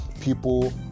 people